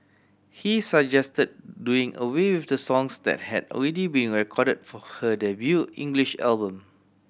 he suggested doing away with the songs that had already been recorded for her debut English album